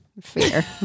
Fear